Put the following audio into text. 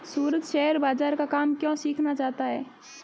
सूरज share बाजार का काम क्यों सीखना चाहता है?